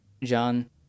john